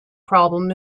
problem